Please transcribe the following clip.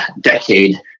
decade